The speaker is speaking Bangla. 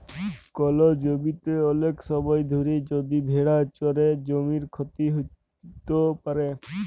কল জমিতে ওলেক সময় ধরে যদি ভেড়া চরে জমির ক্ষতি হ্যত প্যারে